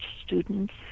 students